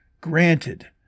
Granted